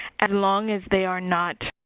and long as they are not.